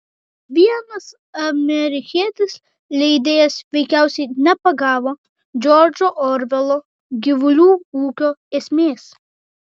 vienas amerikietis leidėjas veikiausiai nepagavo džordžo orvelo gyvulių ūkio esmės